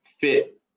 fit